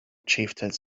chieftains